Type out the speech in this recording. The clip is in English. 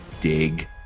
dig